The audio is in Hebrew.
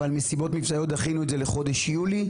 אבל מסיבות מבצעיות דחינו את זה לחודש יולי,